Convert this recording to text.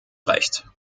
recht